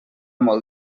molt